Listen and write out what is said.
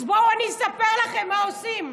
אז בואו, אני אספר לכם מה עושים.